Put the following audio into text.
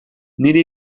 nire